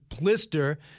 blister